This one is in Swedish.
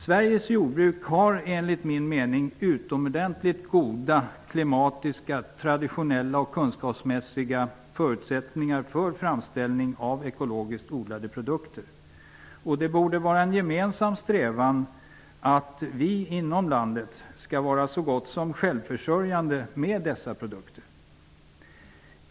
Sveriges jordbruk har enligt min mening utomordentligt goda klimatiska, traditionella och kunskapsmässiga förutsättningar för framställning av ekologiskt odlade produkter. Det borde vara en gemensam strävan att vi inom landet skall vara så gott som självförsörjande med dessa produkter.